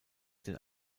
denn